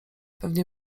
pewnie